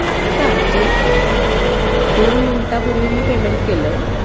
आत्ता म्हणजे दोन मिनटापूर्वी मी पेमेंट केलं आहे